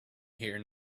here